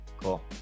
Cool